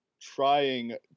trying